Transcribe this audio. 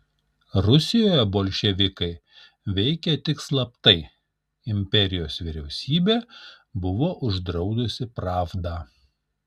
rusijoje bolševikai veikė tik slaptai imperijos vyriausybė buvo uždraudusi pravdą